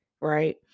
right